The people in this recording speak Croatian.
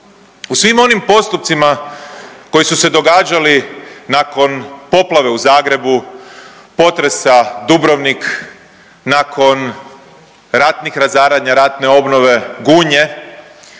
U svim onim postupcima koji su se događali nakon poplave u Zagrebu, potresa Dubrovnik, nakon ratnih razaranja, ratne obnove, Gunje